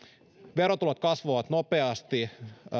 verotulot kasvoivat nopeasti